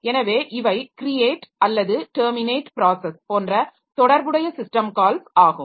எனவே இவை create process அல்லது டெர்மினேட் ப்ராஸஸ் போன்ற தொடர்புடைய சிஸ்டம் கால்ஸ் ஆகும்